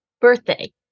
birthday